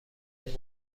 این